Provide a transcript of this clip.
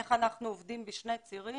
איך אנחנו עובדים בשני צירים.